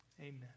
Amen